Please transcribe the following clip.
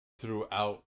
throughout